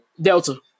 Delta